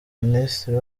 minisitiri